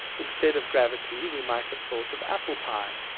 instead of gravity we might have thought of apple pie.